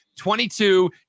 22